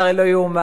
זה הרי לא ייאמן.